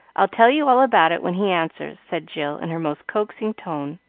i'll tell you all about it when he answers, said jill in her most coaxing tone.